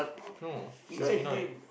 no she's Pinoy